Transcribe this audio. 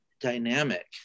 dynamic